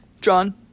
John